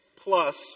Plus